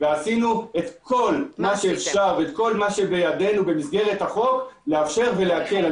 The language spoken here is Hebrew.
ועשינו את כל מה שאפשר ואת כל מה שבידינו במסגרת החוק לאפשר ולהקל.